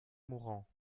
mourant